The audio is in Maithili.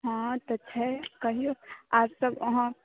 हॅं तऽ छै कहियौ आर सभ अहाँ